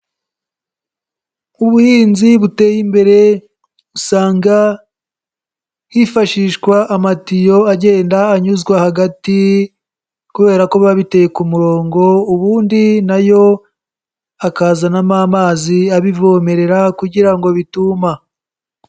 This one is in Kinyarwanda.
Ubuhinzi buteye imbere usanga hifashishwa amatiyo agenda anyuzwa hagati kubera ko biba biteye ku murongo, ubundi na yo akazanamo amazi abivomerera kugira ngo bituma.